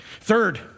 Third